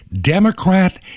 Democrat